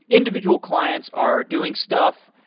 individual clients are doing stuff.